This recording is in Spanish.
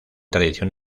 tradición